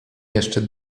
jeszcze